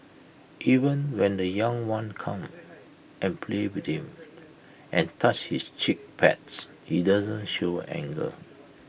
even when the young ones come and play with him and touch his cheek pads he doesn't show anger